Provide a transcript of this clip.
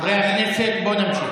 חברי הכנסת, בואו נמשיך.